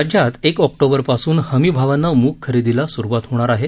राज्यात एक ऑक्टोबर पासून हमीभावानं मुग खरेदीला सुरुवात होणार आहे